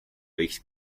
võiks